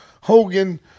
Hogan